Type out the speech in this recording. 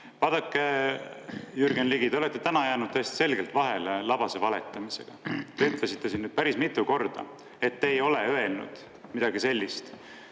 Vaadake, Jürgen Ligi, te olete täna jäänud täiesti selgelt vahele labase valetamisega. Te ütlesite siin päris mitu korda, et ei ole öelnud midagi sellist,